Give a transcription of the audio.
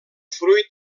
fruit